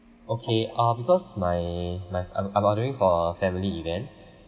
okay uh because my my I'm I'm ordering for family event